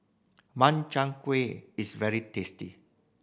Makchang Gui is very tasty